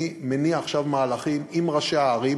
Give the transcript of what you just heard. אני מניע עכשיו מהלכים עם ראשי הערים